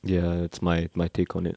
ya it's my my take on it